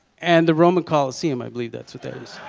and the roman coliseum, i believe that's what that